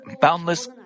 boundless